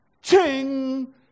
Ching